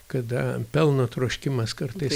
kada pelno troškimas kartais